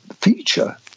feature